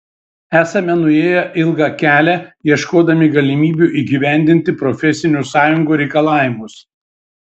esame nuėję ilgą kelią ieškodami galimybių įgyvendinti profesinių sąjungų reikalavimus